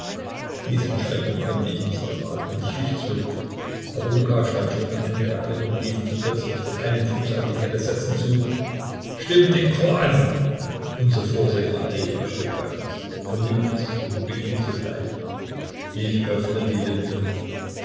diesen schrecken konnte ich nicht ertragen und wich zurück aber luka stand schon am ende der kette und rief uns plötzlich den einen fuß auf die kette setzend zu stimmt den chor an unser vorsänger arefa steht bei uns vernimmt es und beginnt sogleich ich öffne die lippen